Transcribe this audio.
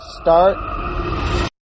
start